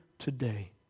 today